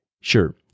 Sure